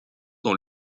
dans